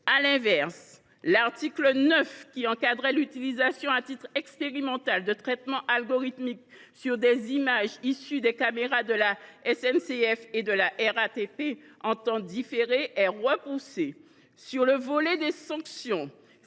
À l’inverse, l’article 9, qui encadrait l’utilisation à titre expérimental de traitements algorithmiques sur des images issues des caméras de la SNCF et de la RATP en temps différé, a été supprimé. Au volet des sanctions,